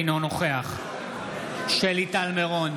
אינו נוכח שלי טל מירון,